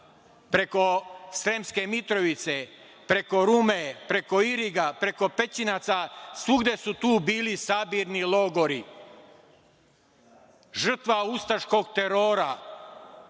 preko Sremske Mitrovice, preko Rume, preko Iriga, preko Pećinaca, svugde su tu bili sabirni logori. Žrtva ustaškog terora